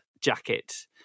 jacket